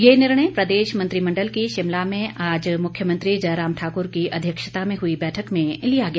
ये निर्णय प्रदेश मंत्रिमंडल की शिमला में आज मुख्यमंत्री जयराम ठाकुर की अध्यक्षता में हुई बैठक में लिया गया